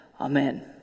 Amen